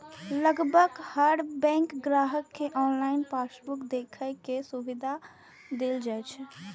लगभग हर बैंक ग्राहक कें ऑनलाइन पासबुक देखै के सुविधा दै छै